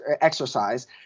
exercise